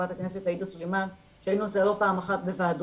חברת הכנסת עאידה סולימאן שהיינו על זה לא פעם אחת בוועדות,